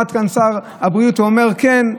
עמד כאן שר הבריאות ואמר: כן,